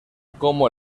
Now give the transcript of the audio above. cómo